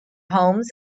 homes